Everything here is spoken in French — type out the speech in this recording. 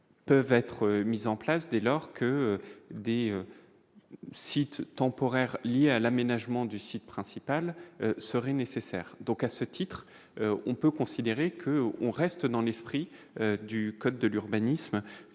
peuvent être mises en place dès lors que des sites temporaires liés à l'aménagement du site principal serait nécessaire, donc à ce titre-on peut considérer que, on reste dans l'esprit du code de l'urbanisme